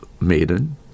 maiden